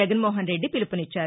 జగన్మోహన్ రెడ్డి పిలుపునిచ్చారు